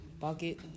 Bucket